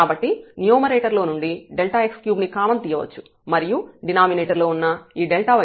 కాబట్టి న్యూమరేటర్ లో నుండి Δx3 ని కామన్ తీయవచ్చు మరియు డినామినేటర్ లో వున్న ఈ Δy2 m2Δx2 అవుతుంది